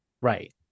Right